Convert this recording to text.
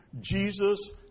Jesus